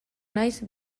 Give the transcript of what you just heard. naiz